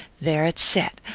there it set,